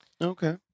Okay